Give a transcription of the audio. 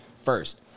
first